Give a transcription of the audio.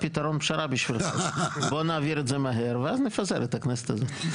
פתרון פשרה בשבילך: בוא נעביר את זה מהר ונפזר את הכנסת הזאת.